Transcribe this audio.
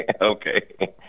okay